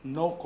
no